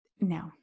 No